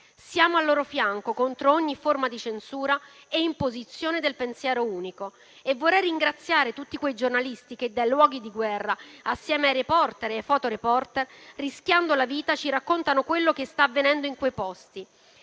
Siamo al loro fianco contro ogni forma di censura e imposizione del pensiero unico. Vorrei ringraziare tutti quei giornalisti che dai luoghi di guerra, assieme ai *reporter* e ai *fotoreporter*, rischiando la vita, ci raccontano quello che sta avvenendo in quei posti.